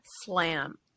slam